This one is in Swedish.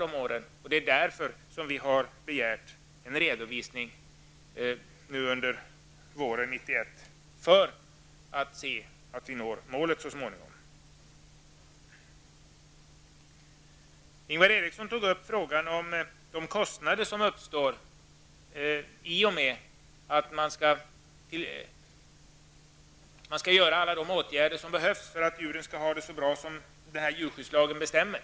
Det är för att så småningom nå detta mål som utskottet har begärt en redovisning under våren Ingvar Eriksson tog upp frågan om vilka kostnader som uppstår när man skall vidta alla de åtgärder som behövs för att djuren skall ha det så bra som djurskyddslagen föreskriver.